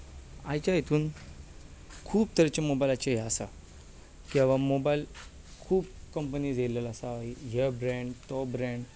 आयच्या हातूंत खूब तरेच्या मोबायलाचे हे आसा की हो मोबायल खूब कंपनीत आयिल्लो आसा हो ब्रेंड तो ब्रेंड